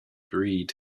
breed